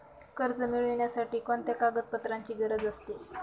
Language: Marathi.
कर्ज मिळविण्यासाठी कोणत्या कागदपत्रांची गरज असते?